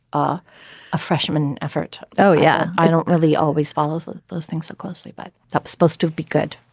ah a freshman effort. oh yeah. i don't really always follows those things so closely but that was supposed to be good.